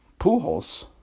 Pujols